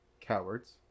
cowards